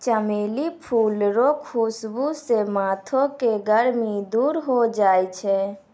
चमेली फूल रो खुशबू से माथो के गर्मी दूर होय छै